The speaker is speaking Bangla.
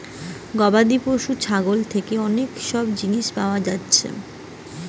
গবাদি পশু ছাগল থিকে অনেক সব জিনিস পায়া যাচ্ছে